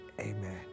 Amen